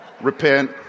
Repent